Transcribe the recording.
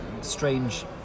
strange